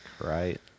right